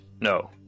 No